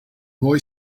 boy